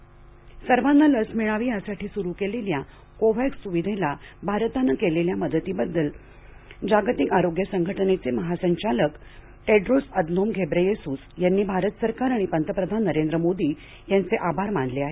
जागतिक आरोग्य संघटना सर्वांना लस मिळावी यासाठी सुरू केलेल्या कोव्हॅक्स सुविधेला भारतानं केलेल्या मदतीबद्दल जागतिक आरोग्य संघटनेचे महासंचालक टेड्रोस अधनोम घेब्रेयेसूस यांनी भारत सरकार आणि पंतप्रधान नरेंद्र मोदी यांचे आभार मानले आहेत